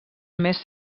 més